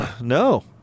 No